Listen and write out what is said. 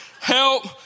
help